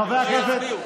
חברי הכנסת,